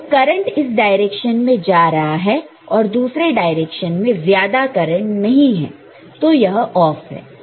तो करंट इस डायरेक्शन में जा रहा है और दूसरे डायरेक्शन में ज्यादा करंट नहीं है तो यह ऑफ है